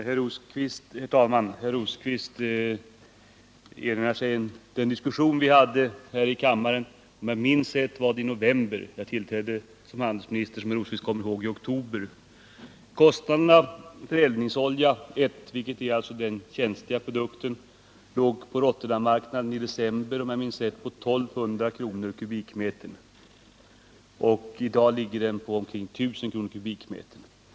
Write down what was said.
Herr Rosqvist erinrar sig den diskussion som, om jag minns rätt, vi hade här i kammaren i november — som herr Rosqvist kommer ihåg tillträdde jag som handelsminister i oktober. Kostnaden för eldningsolja 1, som är den känsliga produkten, låg i december på 1 200 kr. kubikmetern på Rotterdammarknaden. I dag ligger den på omkring 1 000 kr. kubikmetern.